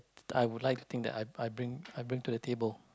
I would like to think that I I bring I bring to the table